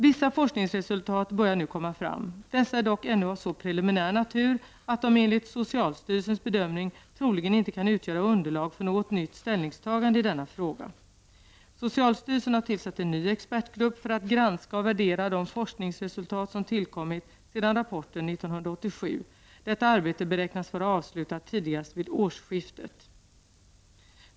Vissa forskningsresultat börjar nu komma fram. Dessa är dock ännu av så preliminär natur att de enligt socialstyrelsens bedömning troligen inte kan utgöra underlag för något nytt ställningstagande i denna fråga. Socialstyrelsen har tillsatt en ny expertgrupp för att granska och värdera de forskningsresultat som tillkommit sedan rapporten år 1987. Detta arbete beräknas vara avslutat tidigast vid årsskiftet.